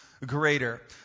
greater